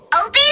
Open